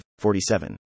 47